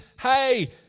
hey